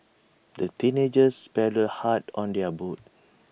the teenagers paddled hard on their boat